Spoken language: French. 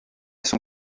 son